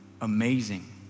amazing